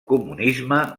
comunisme